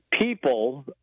people